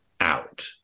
out